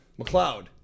McLeod